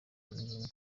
ngingo